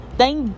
Thank